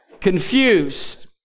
Confused